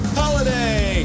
holiday